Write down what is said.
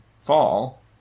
fall